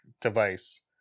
device